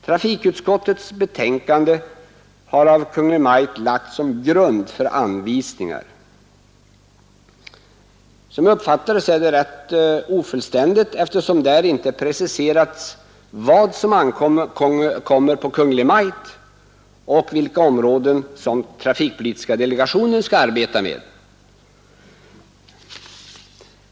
Trafikutskottets betänkande har av Kungl. Maj:t lagts som grund för anvisningar. Enligt min uppfattning är det rätt ofullständigt, eftersom där inte preciserats vad som ankommer på Kungl. Maj:t och vilka områden som trafikpolitiska delegationen skall arbeta med.